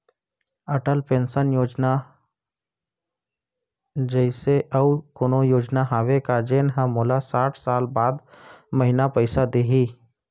Atal pension योजना जइसे अऊ कोनो योजना हावे का जेन ले मोला साठ साल बाद हर महीना पइसा दिही?